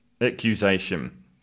accusation